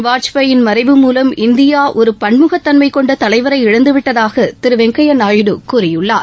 வாஜ்பாயின் மறைவு மூவம் இந்தியா ஒரு பண்முகத்தன்மை கொண்ட தலைவரை இழந்துவிட்டதாக திரு வெங்கையா நாயுடு கூறியுள்ளார்